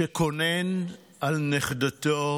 שקונן על נכדתו